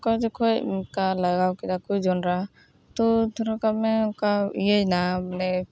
ᱚᱠᱟ ᱡᱚᱠᱷᱚᱱ ᱚᱱᱠᱟ ᱞᱟᱜᱟᱣ ᱠᱮᱫᱟ ᱠᱚ ᱡᱚᱱᱰᱨᱟ ᱛᱚ ᱫᱷᱚᱨᱚ ᱠᱟᱜ ᱢᱮ ᱚᱱᱠᱟ ᱤᱭᱟᱹᱭᱮᱱᱟ ᱵᱚᱞᱮ